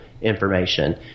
information